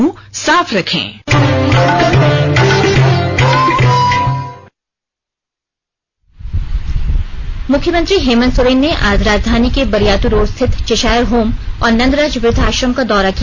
मुख्यमंत्री हेमन्त सोरेन ने आज राजधानी के बरियातू रोड स्थित चेशायर होम और नंदराज वृद्ध आश्रम का दौरा किया